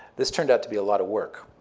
this turned out to be a lot of work.